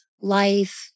life